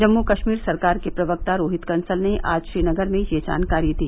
जम्मू कश्मीर सरकार के प्रवक्ता रोहित कंसल ने आज श्रीनगर में यह जानकारी दी